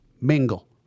mingle